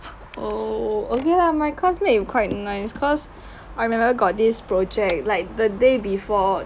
oh okay lah my classmate quite nice cause I remember got this project like the day before